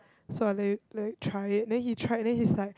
so I let him let him try it then he try then he's like